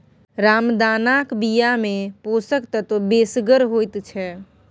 रामदानाक बियामे पोषक तत्व बेसगर होइत छै